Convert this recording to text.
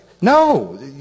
No